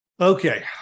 Okay